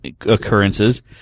occurrences